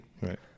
Right